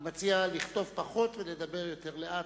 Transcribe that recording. אני מציע לכתוב פחות ולדבר יותר לאט,